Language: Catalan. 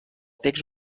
text